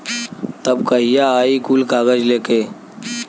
तब कहिया आई कुल कागज़ लेके?